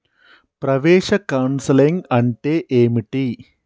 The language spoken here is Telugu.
ప్రవేశ కౌన్సెలింగ్ అంటే ఏమిటి?